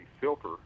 filter